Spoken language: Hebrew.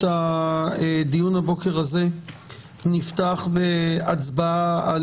את הדיון הבוקר הזה נפתח בהצבעה על